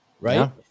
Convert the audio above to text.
right